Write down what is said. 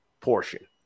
portion